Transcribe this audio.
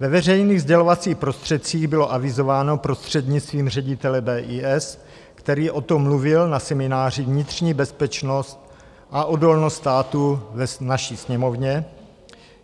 Ve veřejných sdělovacích prostředcích bylo avizováno prostřednictvím ředitele BIS, který o tom mluvil na semináři Vnitřní bezpečnost a odolnost státu v naší Sněmovně,